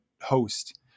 host